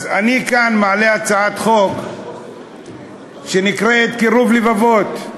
אז אני כאן מעלה הצעת חוק שנקראת "קירוב לבבות".